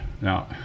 Now